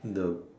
the